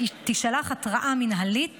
תישלח התראה מינהלית